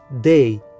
day